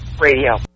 Radio